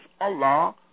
Allah